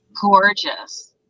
gorgeous